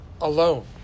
alone